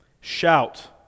shout